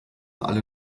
alle